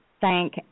thank